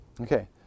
okay